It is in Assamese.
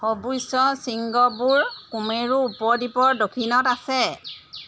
সৰ্বোচ্চ শৃংগবোৰ কুমেৰু উপদ্বীপৰ দক্ষিণত আছে